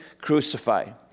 crucified